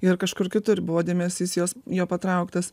ir kažkur kitur buvo dėmesys jos jo patrauktas